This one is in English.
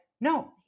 no